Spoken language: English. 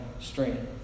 strength